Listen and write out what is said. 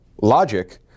logic